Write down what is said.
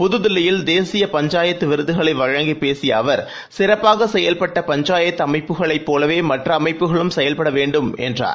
புதுதில்லியில் தேசிய பஞ்சாயத்து விருதுகளை வழங்கிப் பேசிய அவர் சிறப்பாக செயல்பட்ட பஞ்சாயத்து அமைப்புகளைப் போலவே மற்ற அமைப்புகளும் செயல்பட் வேண்டும் என்றார்